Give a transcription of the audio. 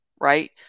right